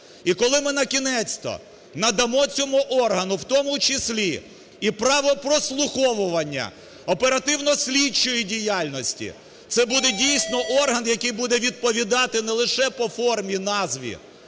І коли минакінець-то надамо цьому органу, в тому числі і право прослуховування, оперативно-слідчої діяльності, це буде, дійсно, орган, який буде відповідати не лише по формі назві,